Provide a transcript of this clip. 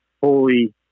holy